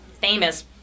famous